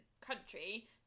country